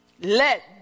Let